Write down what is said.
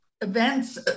events